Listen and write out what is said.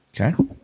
Okay